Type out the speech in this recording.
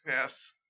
Yes